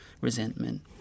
resentment